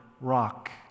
rock